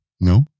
No